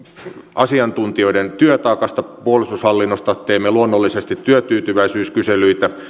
asiantuntijoiden työtaakasta puolustushallinnossa teemme luonnollisesti työtyytyväisyyskyselyitä